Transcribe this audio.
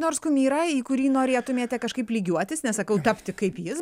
nors kumyrą į kurį norėtumėte kažkaip lygiuotis nesakau tapti kaip jis